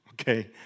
Okay